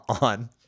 on